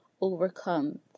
overcome